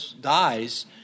dies